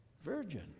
virgin